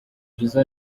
jizzo